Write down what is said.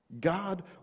God